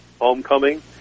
homecoming